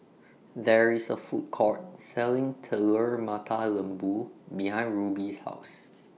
There IS A Food Court Selling Telur Mata Lembu behind Rubye's House